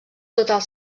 total